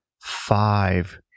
five